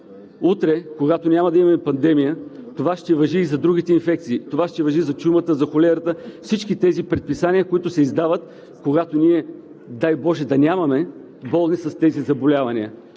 утре, когато няма да имаме пандемия, това ще важи и за другите инфекции, това ще важи и за чумата, за холерата – всички тези предписания, които се издават, когато ние, дай боже, да нямаме болни с тези заболявания.